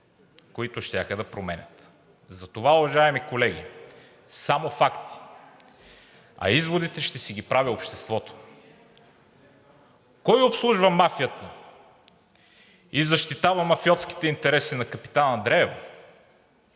които щяха да променят. Затова, уважаеми колеги, само факти, а изводите ще си ги прави обществото. Кой обслужва мафията и защитава мафиотските интереси на „Капитан Андреево“?